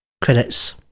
credits